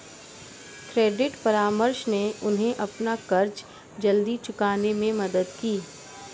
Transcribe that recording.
credit परामर्श ने उन्हें अपना कर्ज जल्दी चुकाने में मदद की